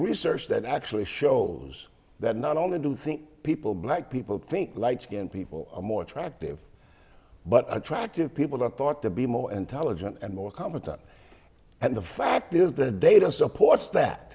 research that actually shows that not only do think people black people think light skinned people are more attractive but attractive people are thought to be more intelligent and more competent and the fact is the data supports that